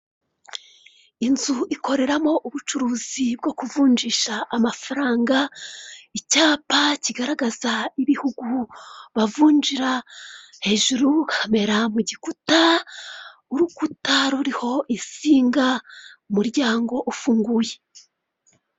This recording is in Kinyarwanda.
Inzu ikoreramo ubucuruzi bwo kuvunjisha amafaranga, icyapa kigaragaza ibihugu bavunjira, hejuru kamera mu gikuta, urukuta ruriho itsinga, umuryango ufunguye.